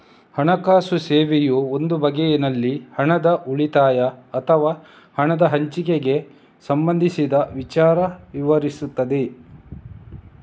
ಹಣಕಾಸು ಸೇವೆಯು ಒಂದು ಬಗೆನಲ್ಲಿ ಹಣದ ಉಳಿತಾಯ ಅಥವಾ ಹಣದ ಹಂಚಿಕೆಗೆ ಸಂಬಂಧಿಸಿದ ವಿಚಾರ ವಿವರಿಸ್ತದೆ